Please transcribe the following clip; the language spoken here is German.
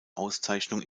auszeichnung